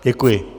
Děkuji.